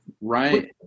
Right